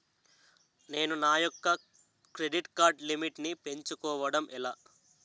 నేను నా యెక్క క్రెడిట్ కార్డ్ లిమిట్ నీ పెంచుకోవడం ఎలా?